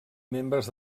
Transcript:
membres